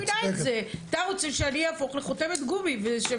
אני לא מבינה את זה.